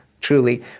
truly